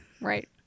Right